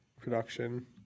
production